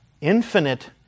infinite